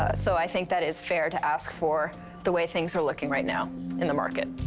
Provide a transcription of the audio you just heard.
ah so i think that is fair to ask for the way things are looking right now in the market.